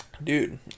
Dude